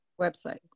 website